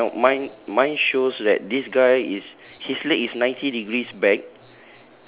because mine mine mine shows that this guy is his leg is ninety degrees back